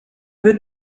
wird